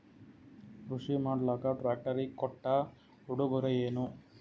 ಕೃಷಿ ಮಾಡಲಾಕ ಟ್ರಾಕ್ಟರಿ ಕೊಟ್ಟ ಉಡುಗೊರೆಯೇನ?